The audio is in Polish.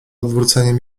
odwróceniem